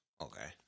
Okay